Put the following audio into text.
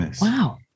Wow